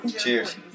Cheers